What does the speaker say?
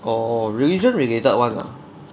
orh religion related [one] lah